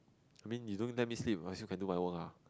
I mean you don't let me sleep I also can do my work lah